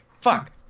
Fuck